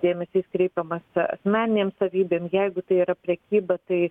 dėmesys kreipiamas asmeninėm savybėm jeigu tai yra prekyba tai